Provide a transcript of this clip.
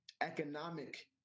Economic